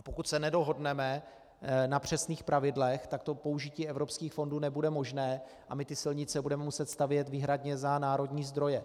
A pokud se nedohodneme na přesných pravidlech, tak použití evropských fondů nebude možné a my ty silnice budeme muset stavět výhradně za národní zdroje.